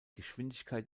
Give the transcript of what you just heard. geschwindigkeit